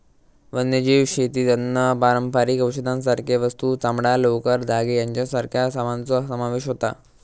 वन्यजीव शेतीत अन्न, पारंपारिक औषधांसारखे वस्तू, चामडां, लोकर, धागे यांच्यासारख्या सामानाचो समावेश होता